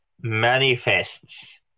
manifests